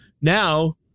now